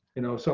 you know, so